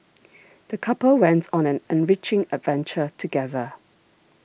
the couple went on an enriching adventure together